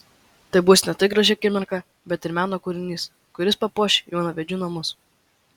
tai bus ne tik graži akimirka bet ir meno kūrinys kuris papuoš jaunavedžių namus